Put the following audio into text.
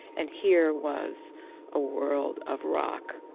and here was a world of rock.